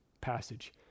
passage